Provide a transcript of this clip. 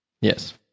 Yes